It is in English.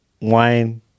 wine